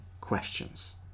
questions